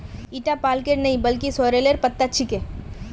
ईटा पलकेर नइ बल्कि सॉरेलेर पत्ता छिके